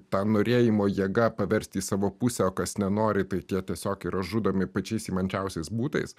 ta norėjimo jėga paversti į savo pusę o kas nenori tai tiesiog yra žudomi pačiais įmantriausiais būdais